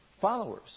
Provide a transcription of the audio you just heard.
Followers